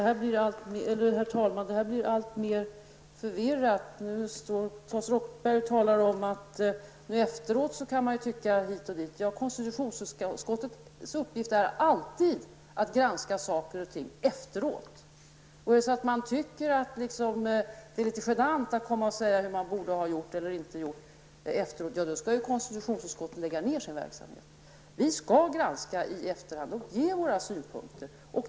Herr talman! Det här blir alltmer förvirrat. Nu står Claes Roxbergh och säger att man efteråt kan tycka si eller så. Konstitutionsutskottets uppgift är alltid att granska saker och ting efteråt. Tycker man att det är litet genant att säga hur man borde ha gjort eller inte ha gjort efteråt, får konstitutionsutskottet lägga ned sin verksamhet. Vi skall granska i efterhand och ge våra synpunkter.